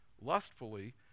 lustfully